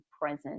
present